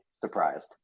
surprised